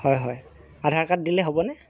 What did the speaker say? হয় হয় আধাৰ কাৰ্ড দিলে হ'বনে